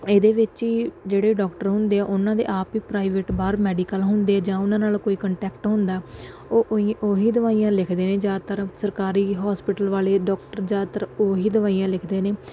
ਇਹਦੇ ਵਿੱਚ ਹੀ ਜਿਹੜੇ ਡੋਕਟਰ ਹੁੰਦੇ ਆ ਉਹਨਾਂ ਦੇ ਆਪ ਹੀ ਪ੍ਰਾਈਵੇਟ ਬਾਹਰ ਮੈਡੀਕਲ ਹੁੰਦੇ ਜਾਂ ਉਹਨਾਂ ਨਾਲ ਕੋਈ ਕੰਟੈਕਟ ਹੁੰਦਾ ਉਹ ਓਈ ਉਹੀ ਦਵਾਈਆਂ ਲਿਖਦੇ ਨੇ ਜ਼ਿਆਦਾਤਰ ਸਰਕਾਰੀ ਹੌਸਪੀਟਲ ਵਾਲੇ ਡਾਕਟਰ ਜ਼ਿਆਦਾਤਰ ਉਹੀ ਦਵਾਈਆਂ ਲਿਖਦੇ ਨੇ